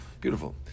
beautiful